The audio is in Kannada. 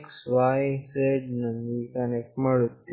X Y Z ನೊಂದಿಗೆ ಕನೆಕ್ಟ್ ಮಾಡುತ್ತೇವೆ